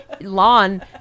lawn